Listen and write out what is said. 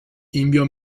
inviò